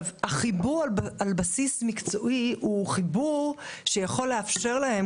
החיבור על בסיס מקצועי הוא חיבור שיכול לאפשר להם,